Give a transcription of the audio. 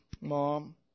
mom